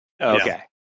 Okay